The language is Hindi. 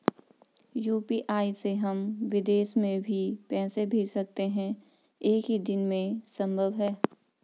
यु.पी.आई से हम विदेश में भी पैसे भेज सकते हैं एक ही दिन में संभव है?